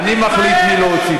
אני מחליט את מי להוציא.